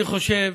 אני חושב